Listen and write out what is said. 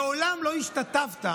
מעולם לא השתתפת,